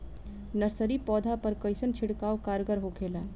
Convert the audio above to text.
Nursery पौधा पर कइसन छिड़काव कारगर होखेला?